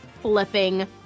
flipping